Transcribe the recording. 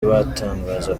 batangaza